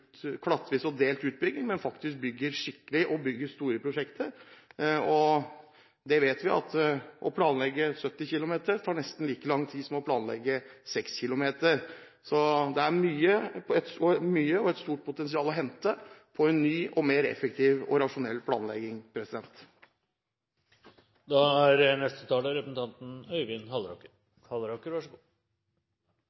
klattvis og delt utbygging, men bygger skikkelig – store prosjekter. Vi vet at å planlegge 70 km tar nesten like lang tid som å planlegge 6 km, så det er mye å hente og et stort potensial i en ny, mer effektiv og rasjonell planlegging. Det er